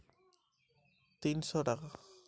আমার পাসবইতে কত টাকা ব্যালান্স আছে?